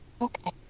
Okay